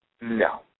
No